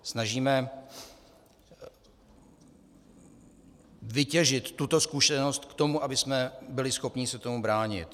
Snažíme se vytěžit tuto zkušenost k tomu, abychom byli schopni se tomu bránit.